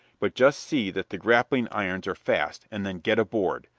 but just see that the grappling irons are fast, and then get aboard.